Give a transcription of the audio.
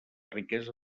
riquesa